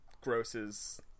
grosses